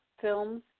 films